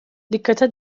dikkate